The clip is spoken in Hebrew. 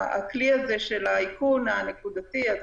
הכלי הזה של האיכון הנקודתי הוא,